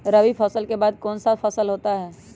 रवि फसल के बाद कौन सा फसल होता है?